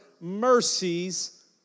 mercies